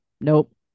Nope